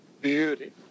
beauty